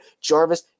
Jarvis